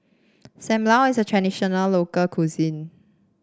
Sam Lau is a traditional local cuisine